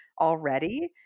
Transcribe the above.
already